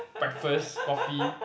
breakfast coffee